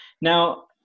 Now